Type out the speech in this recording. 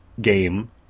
game